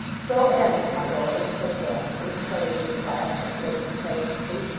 so ends, my lord said gashford, filling his glass with great complacency,